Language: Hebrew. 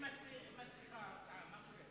אם מצליחה ההצעה, מה קורה?